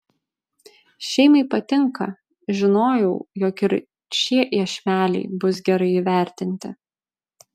šeimai patinka žinojau jog ir šie iešmeliai bus gerai įvertinti